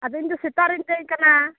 ᱟᱫᱚ ᱤᱧ ᱫᱚ ᱥᱮᱛᱟᱜ ᱨᱮᱧ ᱫᱮᱡ ᱟᱠᱟᱱᱟ